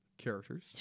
characters